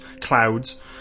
clouds